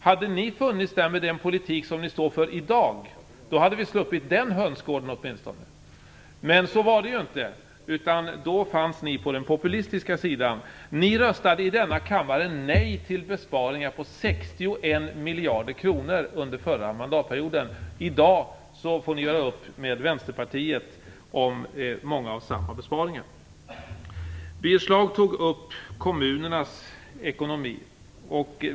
Hade ni funnits där med den politik som ni i dag står för skulle vi ha sluppit åtminstone den hönsgården. Men så var det inte, utan då fanns ni på den populistiska sidan. Under förra mandatperioden röstade ni i denna kammare nej till besparingar på 61 miljarder kronor. I dag får ni göra upp med Vänsterpartiet om många av samma besparingar. Birger Schlaug tog upp kommunernas ekonomi.